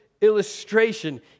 illustration